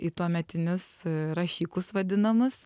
į tuometinius rašikus vadinamus